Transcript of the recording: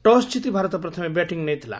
toss ଜିତି ଭାରତ ପ୍ରଥମେ batting ନେଇଥିଲା